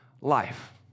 life